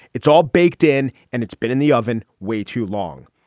it's all baked in and it's been in the oven way too long.